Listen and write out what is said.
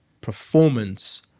performance